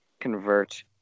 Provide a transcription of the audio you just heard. convert